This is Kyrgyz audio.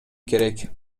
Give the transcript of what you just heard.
керек